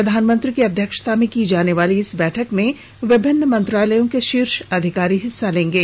प्रधानमंत्री की अध्यक्षता में की जाने वाली इस बैठक में विभिन्न मंत्रालयों के शीर्ष अधिकारी हिस्सा लेंगे